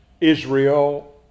Israel